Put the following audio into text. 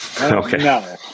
okay